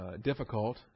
difficult